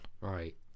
Right